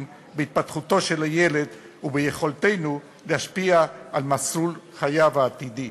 להתפתחותו של הילד וביכולתנו להשפיע על מסלול חייו העתידי.